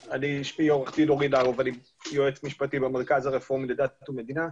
שמי עורך דין אורי נרוב ואני יועץ משפטי במרכז הרפורמי לדת ומדינה.